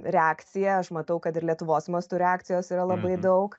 reakciją aš matau kad ir lietuvos mastu reakcijos yra labai daug